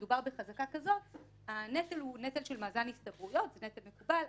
כשמדובר בחזקה כזאת הנטל הוא נטל של מאזן הסתברויות זה נטל מקובל.